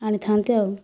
ଆଣିଥାନ୍ତି ଆଉ